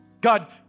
God